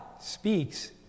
speaks